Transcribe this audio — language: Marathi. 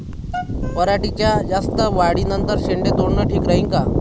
पराटीच्या जास्त वाढी नंतर शेंडे तोडनं ठीक राहीन का?